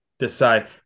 Decide